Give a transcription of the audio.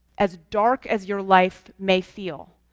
as dark as your life may feel,